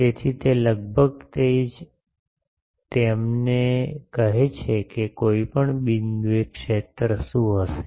તેથી તે લગભગ તે જ તે અમને કહે છે કે કોઈપણ બિંદુએ ક્ષેત્ર શું હશે